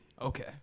Okay